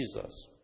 Jesus